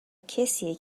کسیه